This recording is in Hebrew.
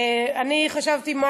חשבתי על